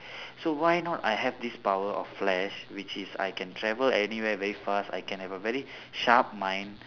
so why not I have this power of flash which is I can travel anywhere very fast I can have a very sharp mind